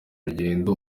urugendo